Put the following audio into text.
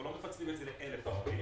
אנחנו לא מפצלים את זה ל-1,000 עובדים.